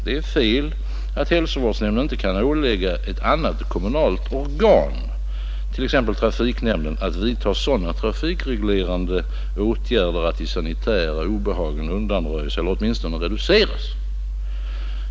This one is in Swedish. Det är fel att hälsovårdsnämnden inte kan ålägga ett annat kommunalt organ — t.ex. trafiknämnden — att vidta sådana trafikreglerande åtgärder att de sanitära obehagen undanröjes eller åtminstone reduceras.